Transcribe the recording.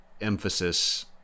emphasis